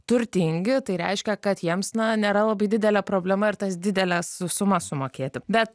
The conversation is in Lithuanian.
turtingi tai reiškia kad jiems na nėra labai didelė problema ir tas dideles sumas sumokėti bet